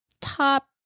top